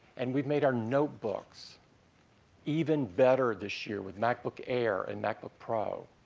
and we've made our notebooks even better this year with macbook air and macbook pro.